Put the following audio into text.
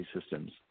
systems